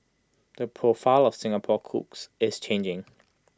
the profile of Singapore's cooks is changing